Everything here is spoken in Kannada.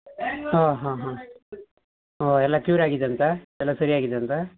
ಹಾಂ ಹಾಂ ಹಾಂ ಓ ಎಲ್ಲ ಕ್ಯೂರ್ ಆಗಿದೆಯಂತ ಎಲ್ಲ ಸರಿಯಾಗಿದೆ ಅಂತಾ